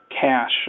cash